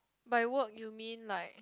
by work you mean like